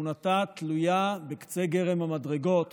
שתמונתה תלויה בקצה גרם המדרגות